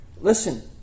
Listen